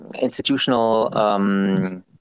institutional